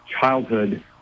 childhood